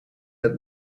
het